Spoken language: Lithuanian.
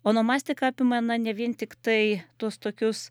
onomastika apima na ne vien tiktai tuos tokius